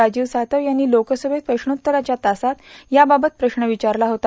राजीव सातव यांनी लोकसभेत प्रश्नोत्तराव्या तासात या बाबत प्रश्न विचारला होता